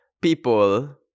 people